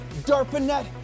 Darpanet